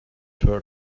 her